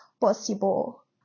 possible